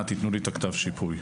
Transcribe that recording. תתנו לי את כתב השיפוי.